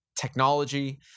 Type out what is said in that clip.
technology